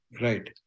Right